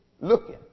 looking